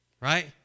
right